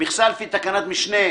"(ד)מכסה לפי תקנת משנה"?